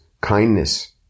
kindness